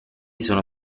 sono